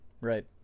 Right